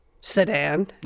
sedan